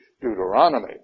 Deuteronomy